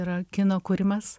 yra kino kūrimas